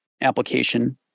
application